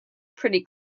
pretty